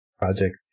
Project